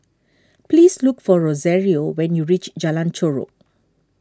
please look for Rosario when you reach Jalan Chorak